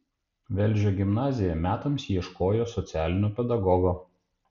velžio gimnazija metams ieškojo socialinio pedagogo